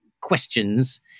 questions